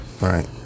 right